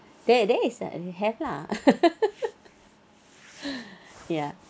there there is a we have lah ya